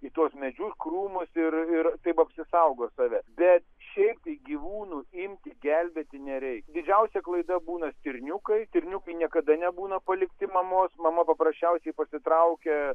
į tuos medžius krūmus ir ir taip apsisaugo save bet šiaip tai gyvūnų imti gelbėti nereikia didžiausia klaida būna stirniukai stirniukai niekada nebūna palikti mamos mama paprasčiausiai pasitraukia